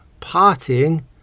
Partying